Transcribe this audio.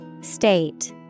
State